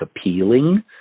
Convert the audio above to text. appealing